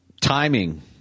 timing